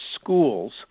schools